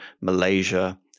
Malaysia